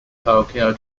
tokyo